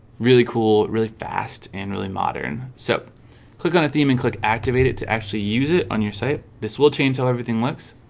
really cool really fast and really modern so click on a theme and click activate it to actually use it on your site this will change how everything looks